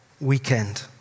weekend